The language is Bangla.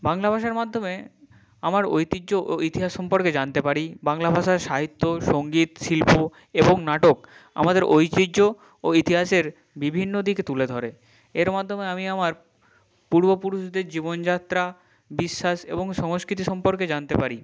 বাংলা ভাষার মাদ্যমে আমার ঐতিহ্য ও ইতিহাস সম্পর্কে জানতে পারি বাংলা ভাষায় সাহিত্য সঙ্গীত শিল্প এবং নাটক আমাদের ঐতিহ্য ও ইতিহাসের বিভিন্ন দিক তুলে ধরে এর মাদ্যমে আমি আমার পূর্বপুরুষদের জীবনযাত্রা বিশ্বাস এবং সংস্কৃতি সম্পর্কে জানতে পারি